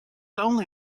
only